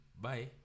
bye